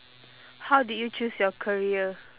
how did you choose your career